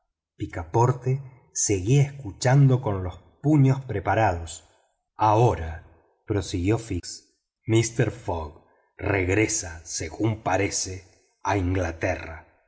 picaporte seguía escuchando con los puños separados ahora prosiguió fix mister fogg regresa según parece a inglaterra